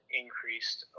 increased